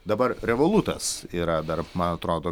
dabar revolutas yra dar man atrodo